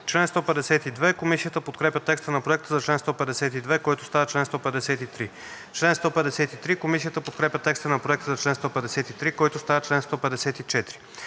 Раздел III. Комисията подкрепя текста на Проекта за чл. 152, който става чл. 153. Комисията подкрепя текста на Проекта за чл. 153, който става чл. 154.